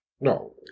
No